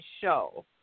show